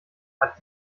hat